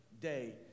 day